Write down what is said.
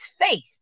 faith